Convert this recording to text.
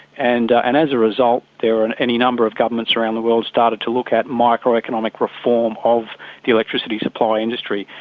and and as a result, there are any numbers of governments around the world started to look at microeconomic reform of the electricity supply industry.